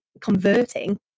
converting